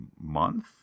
month